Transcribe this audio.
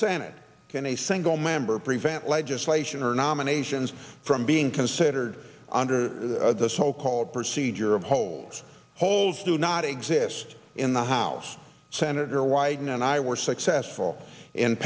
senate can a single member prevent legislation or nominations from being considered under the so called procedure of holes holes do not exist in the house senator wyden and i were successful in